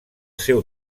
seu